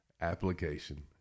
application